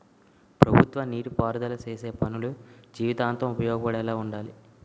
ప్రభుత్వ నీటి పారుదల సేసే పనులు జీవితాంతం ఉపయోగపడేలా వుండాలి